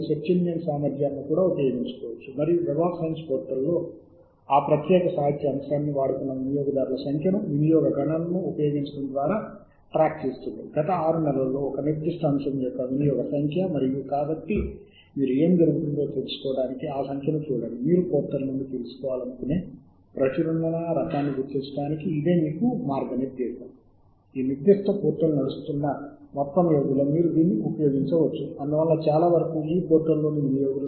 ఆ వస్తువులకు వ్యతిరేకంగా పెట్టెను తనిఖీ చేసి ఆపై మన సాహిత్య శోధనకు ముఖ్యమైన వాటిని మన జాబితాకు జోడించడానికి "సేవ్ టు లిస్టు" బటన్ పై నొక్కాలి మీరు ఈ జాబితా కోసం క్రొత్త పేరును సృష్టించాలనుకుంటే అంశంపై క్రొత్త జాబితా యొక్క జాబితా పేరును నమోదు చేయడానికి ఆఅంశం పై నొక్కండి లేదా మేము ఇప్పుడే సృష్టించిన లేదా ఇప్పటికే ఉన్న జాబితాకు కూడా వాటిని జోడించవచ్చు